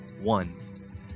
one